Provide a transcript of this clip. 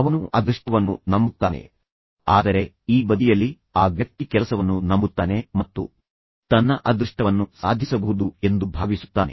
ಅವನು ಅದೃಷ್ಟವನ್ನು ನಂಬುತ್ತಾನೆ ಆದರೆ ಈ ಬದಿಯಲ್ಲಿ ಆ ವ್ಯಕ್ತಿ ಅವನು ಕೆಲಸವನ್ನು ನಂಬುತ್ತಾನೆ ಮತ್ತು ತನ್ನ ಅದೃಷ್ಟವನ್ನು ಸಾಧಿಸಬಹುದು ಎಂದು ಭಾವಿಸುತ್ತಾನೆ